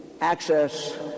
access